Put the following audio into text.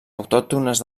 autòctones